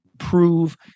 prove